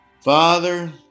Father